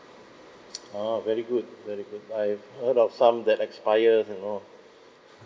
oh very good very good I heard about some that expire then all